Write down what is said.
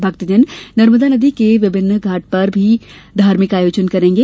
भक्तजन नर्मदा नदी के विभिन्न घाट पर भी विभिन्न धार्मिक आयोजन करेंगे